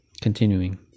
continuing